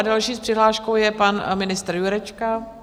Další s přihláškou je pan ministr Jurečka.